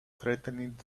threatened